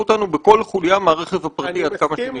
אותנו בכל חוליה מהרכב הפרטי עד כמה שניתן.